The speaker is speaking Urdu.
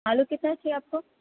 آلو کے ساتھ چاہیے آپ کو